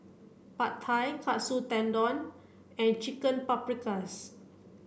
Pad Thai Katsu Tendon and Chicken Paprikas